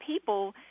people